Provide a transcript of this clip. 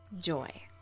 joy